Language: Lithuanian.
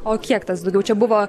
o kiek tas daugiau čia buvo